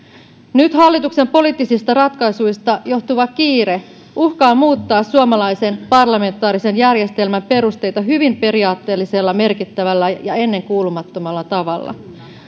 nyt hallituksen poliittisista ratkaisuista johtuva kiire uhkaa muuttaa suomalaisen parlamentaarisen järjestelmän perusteita hyvin periaatteellisella merkittävällä ja ennenkuulumattomalla tavalla